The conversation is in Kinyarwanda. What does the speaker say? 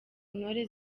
intore